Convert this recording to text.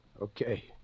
Okay